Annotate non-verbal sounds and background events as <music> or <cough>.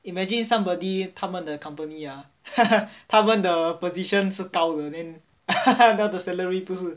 imagine somebody 他们的 company ah <laughs> 他们的 position 是高的 then <laughs> 他们的 salary 不是